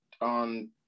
on